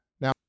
Now